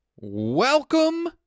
Welcome